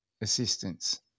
assistance